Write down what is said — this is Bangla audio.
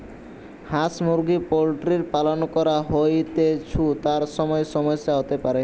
হাঁস মুরগি পোল্ট্রির পালন করা হৈতেছু, তার সময় সমস্যা হতে পারে